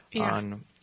on